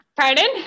Pardon